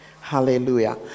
hallelujah